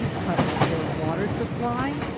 cut off their water supply?